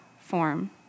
form